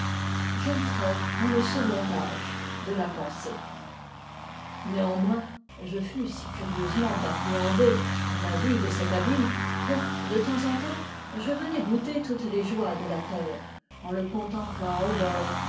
j'entrais dans le second âge de la pensée néanmoins je fus si curieusement affriandé par la vue de cet abîme que de temps en temps je venais goûter toutes les joies de la peur en le contemplant au bord